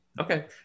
Okay